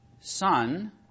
son